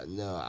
no